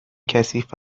کثیف